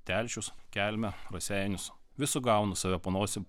telšius kelmę raseinius vis sugaunu save po nosim